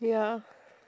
ya